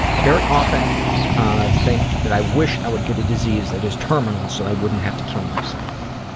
i very often ah think that i wish i would get a disease that is terminal so i wouldn't have to kill myself.